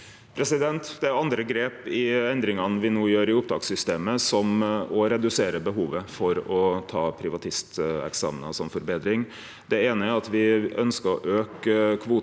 Det er andre grep i endringane me no gjer i opptakssystemet, som òg reduserer behovet for å ta privatisteksamenar for forbetring. Det eine er at vi ønskjer å auke kvoten